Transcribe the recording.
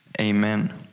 Amen